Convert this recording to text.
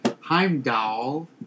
Heimdall